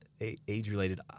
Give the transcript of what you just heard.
Age-Related